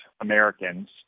Americans